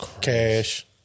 cash